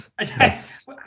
yes